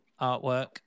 artwork